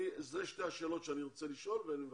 אלה שתי השאלות שאני רוצה לקבל עליהן תשובות.